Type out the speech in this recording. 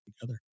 together